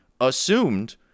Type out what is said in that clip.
assumed